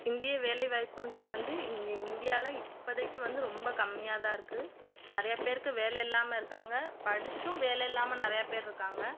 இந்திய வேலை வாய்ப்புன்றது வந்து இங்கே இந்தியாவில இப்போதைக்கு வந்து ரொம்ப கம்மியாகதான் இருக்குது நிறைய பேருக்கு வேலை இல்லாமல் இருக்காங்க படிச்சும் வேலை இல்லாமல் நிறைய பேர் இருக்காங்கள்